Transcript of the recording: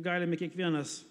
galime kiekvienas